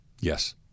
Yes